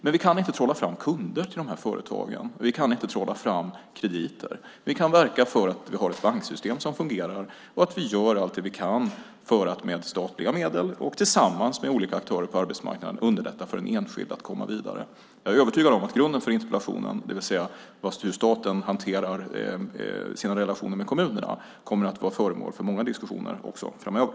Men vi kan inte trolla fram kunder och krediter till företagen. Vi kan verka för att vi har ett banksystem som fungerar och att vi gör allt vi kan för att med statliga medel och tillsammans med olika aktörer på arbetsmarknaden underlätta för den enskilde att komma vidare. Jag är övertygad om att grunden för interpellationen, det vill säga hur staten hanterar sina relationer med kommunerna, kommer att vara föremål för många diskussioner också framöver.